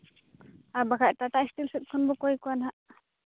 ᱟᱨ ᱵᱟᱠᱷᱟᱡ ᱴᱟᱴᱟ ᱥᱴᱤᱞ ᱥᱮᱜ ᱠᱷᱚᱱ ᱵᱚᱱ ᱠᱚᱭ ᱠᱚᱣᱟ ᱦᱟᱸᱜ